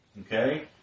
okay